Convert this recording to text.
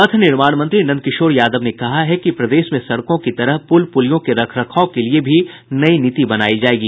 पथ निर्माण मंत्री नंदकिशोर यादव ने कहा है कि प्रदेश में सड़कों की तरह पूल पूलियों के रख रखाव के लिये नई नीति बनायी जायेगी